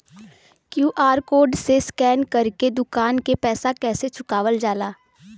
QR code से scan कर के दुकान के पैसा कैसे चुकावल जाला?